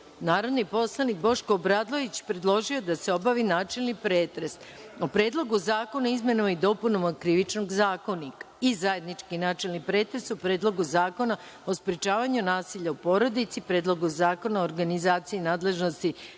predlog. Narodni poslanik, Boško Obradović predložio je da se obavi načelni pretres o Predlogu zakona o izmenama i dopunama Krivičnog zakonika i zajednički načelni pretres o Predlogu zakona o sprečavanju nasilja u porodici, Predlogu zakona o organizaciji i nadležnosti